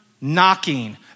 knocking